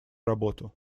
работу